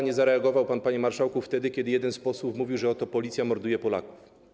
Nie zareagował pan, panie marszałku, kiedy jeden z posłów mówił, że policja morduje Polaków.